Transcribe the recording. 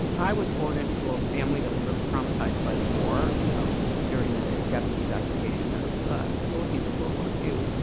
i was born into a family that was really traumatized by the war um during the japanese occupation of ah the philippines in world war two.